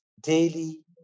daily